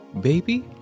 baby